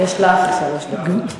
יש לך שלוש דקות.